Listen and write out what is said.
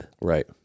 Right